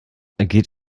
geht